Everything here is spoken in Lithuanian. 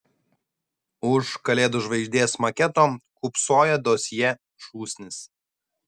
už kalėdų žvaigždės maketo kūpsojo dosjė šūsnis